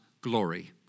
glory